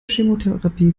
chemotherapie